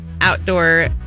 outdoor